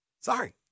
sorry